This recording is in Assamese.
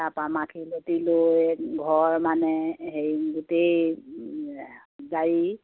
তাৰপৰা মাখিয়তী লৈ ঘৰ মানে হেৰি গোটেই গাড়ী